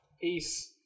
Peace